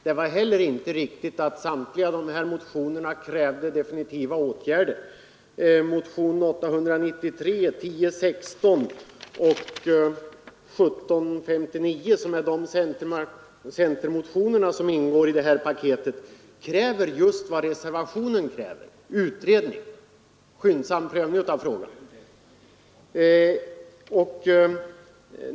Det var heller inte riktigt att samtliga dessa motioner krävde definitiva åtgärder. Motionerna 893, 1016 och 1759, de centermotioner som ingår i det här paketet, kräver just vad reservationen kräver — utredning och skyndsam prövning av frågan.